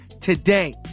today